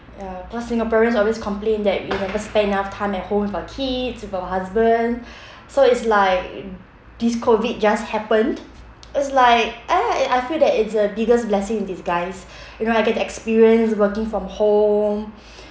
ya cause singaporeans always complain that we never spend enough time at home with our kids with our husband so it's like this COVID just happened it's like eh I feel that it's the biggest blessing in disguise you know I can experience working from home